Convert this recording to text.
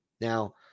Now